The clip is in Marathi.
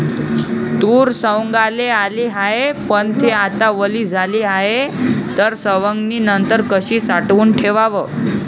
तूर सवंगाले आली हाये, पन थे आता वली झाली हाये, त सवंगनीनंतर कशी साठवून ठेवाव?